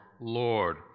Lord